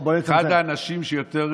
אחד האנשים שיותר